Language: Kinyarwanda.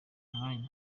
mwanya